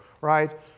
right